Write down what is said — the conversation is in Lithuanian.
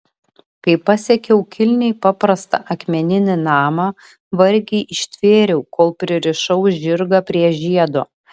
kai pasiekiau kilniai paprastą akmeninį namą vargiai ištvėriau kol pririšau žirgą prie žiedo